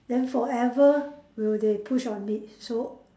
then forever will they push on it so